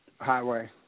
highway